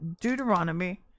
deuteronomy